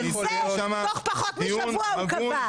זה תוך פחות משבוע הוא קבע.